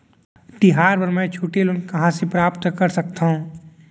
तिहार बर मै छोटे लोन कहाँ ले प्राप्त कर सकत हव?